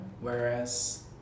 whereas